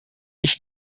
ich